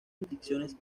inscripciones